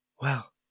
Well